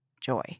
joy